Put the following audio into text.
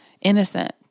innocent